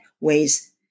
ways